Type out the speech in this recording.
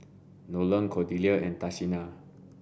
Nolen Cordelia and Tashina